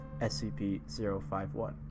SCP-051